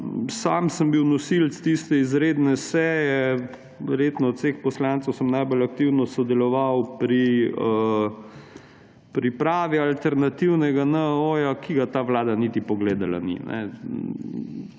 sam sem bil nosilec tiste izredne seje. Verjetno sem od vseh poslancev najbolj aktivno sodeloval pri pripravi alternativnega NOO, ki ga ta vlada niti pogledala ni.